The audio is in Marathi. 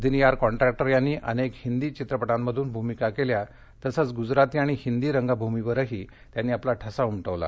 दिनयार कॉन्ट्रॅक्टर यापीी अनेक हिपीी चित्रपटाध्रिन भूमिका केल्या तसद्ध गुजराती आणि हिपीी रच्चिमीवरही त्यापीी आपला ठसा उमटवला